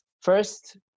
First